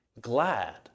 glad